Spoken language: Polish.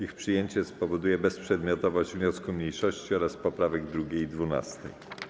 Ich przyjęcie spowoduje bezprzedmiotowość wniosku mniejszości oraz poprawek 2. i 12.